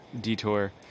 detour